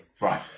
Right